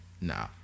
no